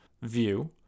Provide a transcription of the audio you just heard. view